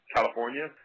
California